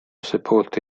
sepolto